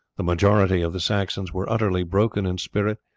the majority of the saxons were utterly broken in spirit,